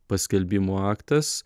paskelbimo aktas